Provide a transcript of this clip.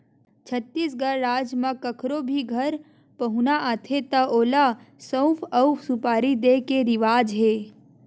छत्तीसगढ़ राज म कखरो भी घर पहुना आथे त ओला सउफ अउ सुपारी दे के रिवाज हे